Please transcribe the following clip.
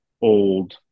old